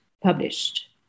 published